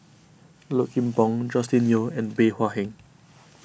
Low Kim Pong Joscelin Yeo and Bey Hua Heng